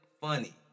funny